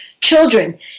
children